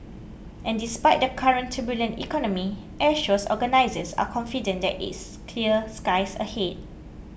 and despite the current turbulent economy Airshows organisers are confident that it's clear skies ahead